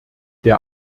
der